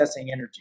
energy